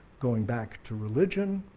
going back to religion.